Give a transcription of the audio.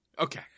Okay